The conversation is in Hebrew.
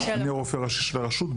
אני הרופא הראשי של הרשות,